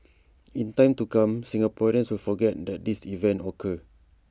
in time to come Singaporeans will forget that this event occur